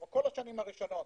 כלומר כל השנים הראשונות